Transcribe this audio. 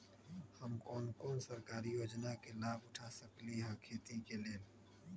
हम कोन कोन सरकारी योजना के लाभ उठा सकली ह खेती के लेल?